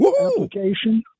application